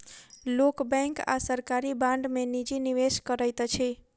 लोक बैंक आ सरकारी बांड में निजी निवेश करैत अछि